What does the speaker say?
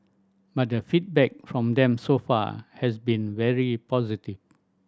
but the feedback from them so far has been very positive